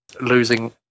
losing